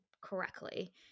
correctly